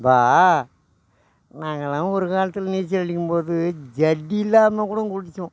நாங்கள்லாம் ஒரு காலத்தில் நீச்சல் அடிக்கும்போது ஜட்டி இல்லாமல் கூட குளித்தோம்